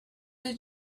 the